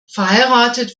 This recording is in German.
verheiratet